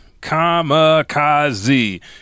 Kamikaze